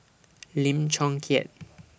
Lim Chong Keat